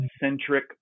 centric